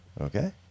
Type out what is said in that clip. Okay